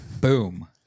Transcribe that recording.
Boom